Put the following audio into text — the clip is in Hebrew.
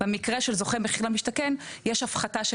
במקרה של זוכה במחיר למשתכן יש הפחתה של